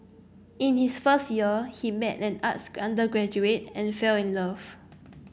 in his first year he met an arts undergraduate and fell in love